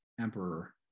Emperor